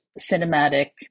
cinematic